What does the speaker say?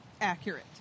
accurate